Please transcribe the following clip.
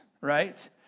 right